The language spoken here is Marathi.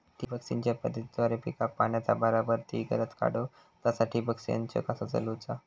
ठिबक सिंचन पद्धतीद्वारे पिकाक पाण्याचा बराबर ती गरज काडूक तसा ठिबक संच कसा चालवुचा?